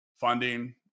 funding